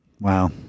Wow